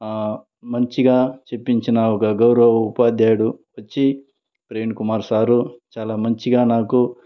మంచిగా చెప్పించిన ఒక గౌరవ ఉపాధ్యాయుడు వచ్చి ప్రేమ్కుమార్ సారు చాలా మంచిగా నాకు